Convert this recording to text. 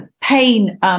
pain